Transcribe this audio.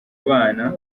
abana